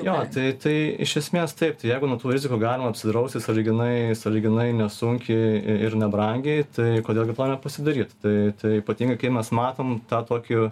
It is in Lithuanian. jo tai tai iš esmės taip tai jeigu nuo tų rizikų galima apsidrausti sąlyginai sąlyginai nesunkiai ir nebrangiai tai kodėl gi to nepasidaryt tai tai ypatingai kai mes matom tą tokį